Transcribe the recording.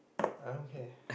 I don't care